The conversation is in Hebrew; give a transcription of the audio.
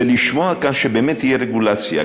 ולשמוע כאן שבאמת תהיה רגולציה,